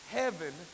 heaven